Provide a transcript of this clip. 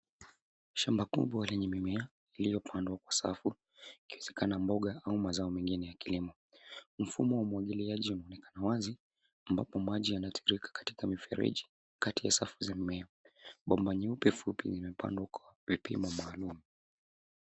Shamba kubwa lenye mimea iliyopandwa kwa safu, ikiwezekana mboga au mazao mengine ya kilimo. Mfumo wa umwagiliaji umeonekana wazi, ambapo maji yanatiririka katika mifereji kati ya safu za mimea. Bomba nyeupe fupi vimepandwa kwa vipimo maalum.